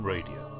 Radio